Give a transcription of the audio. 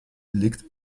liegt